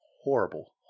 horrible